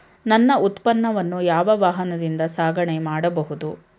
ನನ್ನ ಉತ್ಪನ್ನವನ್ನು ಯಾವ ವಾಹನದಿಂದ ಸಾಗಣೆ ಮಾಡಬಹುದು?